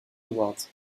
awards